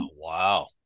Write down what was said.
Wow